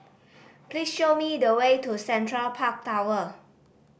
please show me the way to Central Park Tower